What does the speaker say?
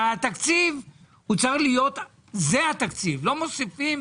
אבל זה התקציב שצריך להיות, לא מוסיפים.